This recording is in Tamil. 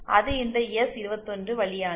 அது இந்த எஸ்21 வழியானது